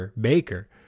Baker